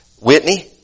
Whitney